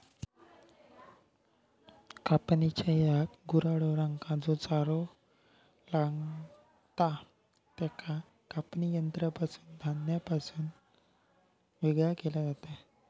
कापणेच्या येळाक गुरा ढोरांका जो चारो लागतां त्याका कापणी यंत्रासून धान्यापासून येगळा केला जाता